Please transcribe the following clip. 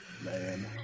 Man